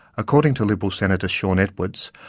according to liberal senator sean edwards,